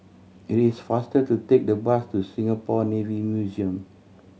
it is faster to take the bus to Singapore Navy Museum